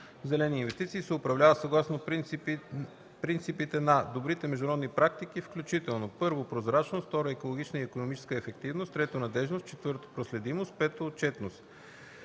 зелени инвестиции се управлява съгласно принципите на добрите международни практики, включително: 1. прозрачност; 2. екологична и икономическа ефективност; 3. надеждност; 4. проследимост; 5. отчетност.